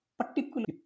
Particularly